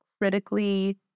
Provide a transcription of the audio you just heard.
critically